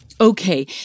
Okay